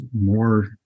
more